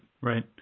Right